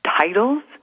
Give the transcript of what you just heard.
titles